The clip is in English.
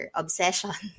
obsession